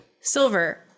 Silver